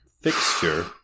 fixture